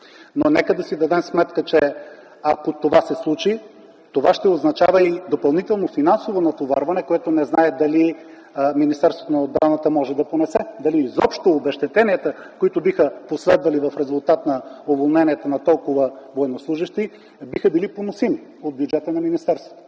Но нека да си дадем сметка, че ако това се случи, това ще означава и допълнително финансово натоварване, което не зная дали Министерството на отбраната може да понесе, дали изобщо обезщетенията, които биха последвали в резултат на уволнението на толкова военнослужещи, биха били поносими от бюджета на министерството.